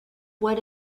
what